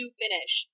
finish